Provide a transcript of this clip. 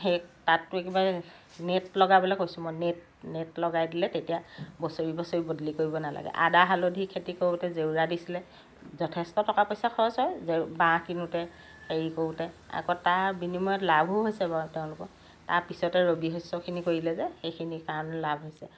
সেই তাততো একেবাৰে নেট লগাবলৈ কৈছোঁ মই নেট নেট লগাই দিলে তেতিয়া বছৰি বছৰি বদলি কৰিব নালাগে আদা হালধি খেতি কৰোঁতে জেওৰা দিছিলে যথেষ্ট টকা পইচা খৰচ হয় বাঁহ কিনোঁতে হেৰি কৰোঁতে আকৌ তাৰ বিনিময়ত লাভো হৈছে বাৰু তেওঁলোকৰ তাৰ পিছতে ৰবি শস্যখিনি কৰিলে যে সেইখিনিৰ কাৰণে লাভ হৈছে